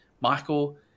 michael